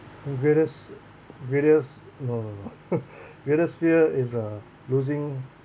my greatest greatest oh greatest fear is uh losing